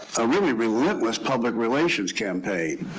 a really relentless public relations campaign